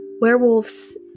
werewolves